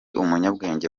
umunyabwenge